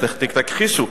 תכחישו.